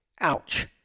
Ouch